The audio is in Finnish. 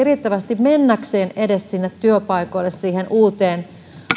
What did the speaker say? riittävästi mennäkseen edes niille työpaikoille siihen uuteen